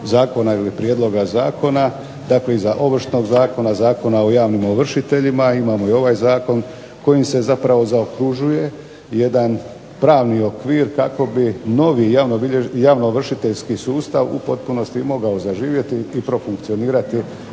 ili prijedloga zakona dakle iza Ovršnog zakona, Zakona o javnim ovršiteljima, imamo i ovaj Zakon kojim se zapravo zaokružuje jedan pravni okvir kako bi novi javnoovršiteljski sustav u potpunosti mogao zaživjeti i profunkcionirati